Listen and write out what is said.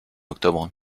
octobre